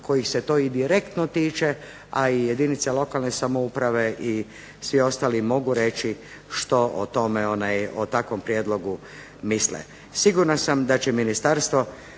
kojih se to i direktno tiče, a i jedinice lokalne samouprave i svi ostali mogu reći što o tome, o takvom prijedlogu misle. Sigurna sam da će ministarstvo